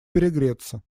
перегреться